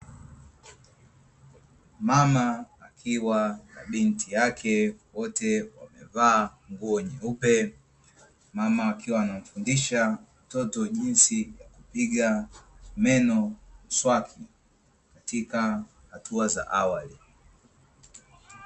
Mama akiwa na binti yake, wote wamevaa nguo nyeupe, mama akiwa anamfundisha mtoto jinsi ya kupiga meno mswaki katika hatua za awali.